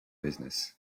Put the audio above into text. business